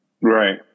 Right